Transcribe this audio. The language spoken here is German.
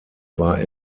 war